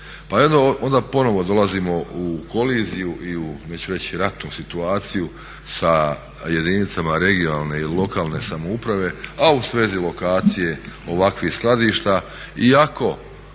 eno onda ponovno dolazimo u koliziju i u neću reći ratnu situaciju sa jedinicama regionalne i lokalne samouprave a u svezi lokacije ovakvih skladišta i ako